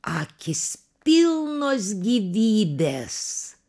akys pilnos gyvybės